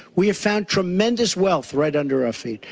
we found tremendous wealth right under our feet.